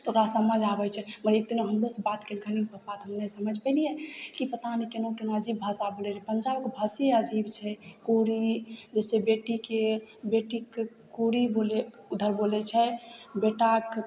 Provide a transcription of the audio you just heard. तऽ ओकरा समझ आबय छै मगर इतनो हमरोसँ बात कयलखनी पप्पा तऽ हम नहि समझि पेलियै कि पता नहि केना केना अजीब भाषा बोलय रहय पंजाबके भाषे अजीब छै कुरी जैसे बेटीके बेटीके कुरी बोलय उधर बोलय छै बेटाके